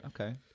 Okay